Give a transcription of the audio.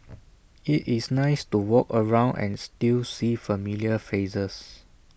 IT is nice to walk around and still see familiar faces